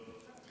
לא, לא.